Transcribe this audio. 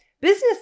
Business